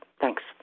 Thanks